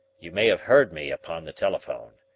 you may have heard me upon the telephone.